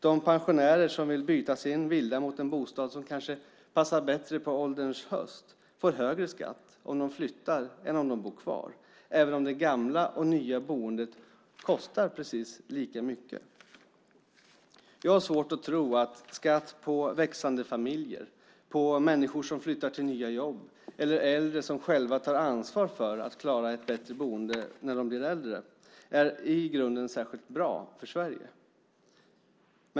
De pensionärer som vill byta sin villa mot en bostad som kanske passar bättre på ålderns höst får högre skatt om de flyttar än om de bor kvar, även om det gamla och det nya boendet kostar precis lika mycket. Jag har svårt att tro att skatt på växande familjer, på människor som flyttar till nya jobb eller äldre som själva tar ansvar för att klara sig i ett bättre boende när de blir äldre, i grunden är särskilt bra för Sverige.